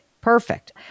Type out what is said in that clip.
Perfect